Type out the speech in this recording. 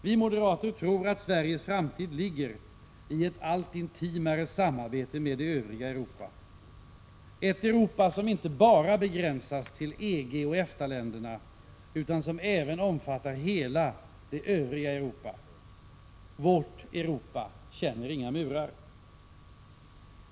Vi moderater tror att Sveriges framtid ligger i ett allt intimare samarbete med det övriga Europa, ett Europa som inte bara begränsas till EG och EFTA-länderna utan som även omfattar hela det övriga Europa. Vårt Europa känner inga murar.